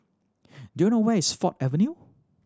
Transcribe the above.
do you know where is Ford Avenue